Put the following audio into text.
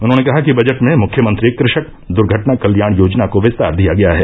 उन्होंने कहा कि बजट में मुख्यमंत्री कृषक दुर्घटना कल्याण योजना को विस्तार दिया गया है